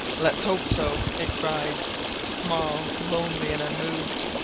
lets hope so! it cried small, lonely and unmoved,